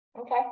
Okay